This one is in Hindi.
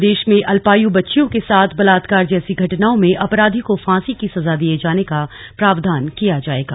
प्रदेश में अल्पायू बच्चियों के साथ बलात्कार जैसी घटनाओं में अपराधी को फांसी की सजा दिये जाने का प्रावधान किया जाएगा